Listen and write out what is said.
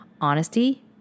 honesty